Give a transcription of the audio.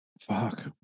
Fuck